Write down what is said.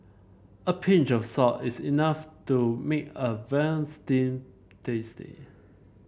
a pinch of salt is enough to make a veal stew tasty